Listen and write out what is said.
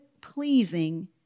pleasing